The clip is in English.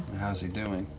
how's he doing?